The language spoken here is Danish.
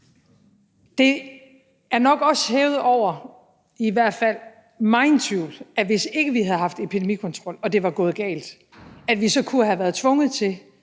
Det er nok også hævet over i hvert fald megen tvivl, at vi, hvis ikke vi havde haft en epidemikontrol og det var gået galt, her i Folketinget så kunne have været tvunget til